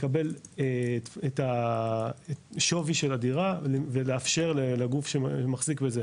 לקבל את שוויה של הדירה ולאפשר לגוף שמחזיק בזה,